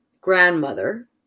grandmother